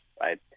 right